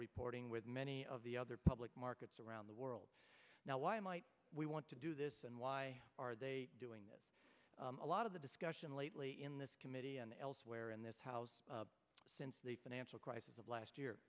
reporting with many of the other public markets around the world now why might we want to do this and why are they doing that a lot of the discussion lately in this committee and elsewhere in this house since the financial crisis of last year